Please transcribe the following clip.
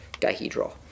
dihedral